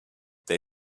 they